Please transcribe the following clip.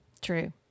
True